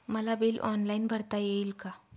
मला bill online भरता येईल का?